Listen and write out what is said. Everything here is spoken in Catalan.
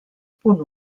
punt